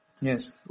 Yes